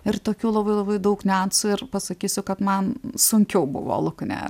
ir tokių labai labai daug niuansų ir pasakysiu kad man sunkiau buvo luknę